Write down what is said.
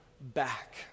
back